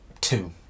Two